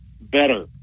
better